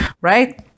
right